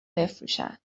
بفروشن